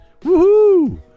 Woohoo